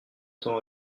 temps